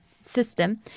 system